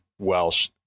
Welsh